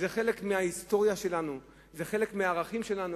זה חלק מההיסטוריה שלנו, זה חלק מהערכים שלנו.